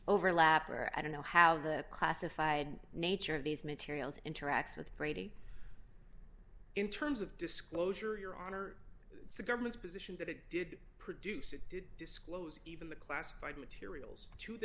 overlap or i don't know how the classified nature of these materials interacts with brady in terms of disclosure your honor the government's position that it did produce it did disclose even the classified materials to the